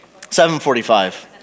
7.45